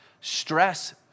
stress